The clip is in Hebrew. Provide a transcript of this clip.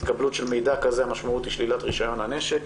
קבלה של מידע כזה המשמעות היא שלילת רישיון הנשק.